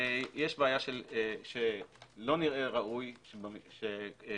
יש בעיה שלא נראה ראוי שאזרח,